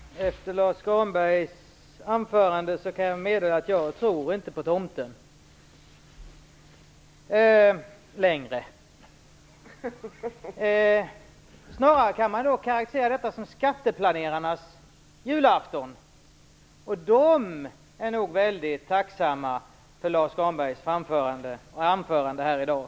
Fru talman! Efter Lars U Granbergs anförande kan meddela att jag inte tror på tomten längre. Man kan snarare karakterisera detta som skatteplanerarnas julafton. De är nog mycket tacksamma för Lars U Granbergs anförande här i dag.